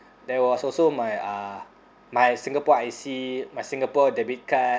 there was also my uh my singapore I_C my singapore debit card